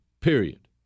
period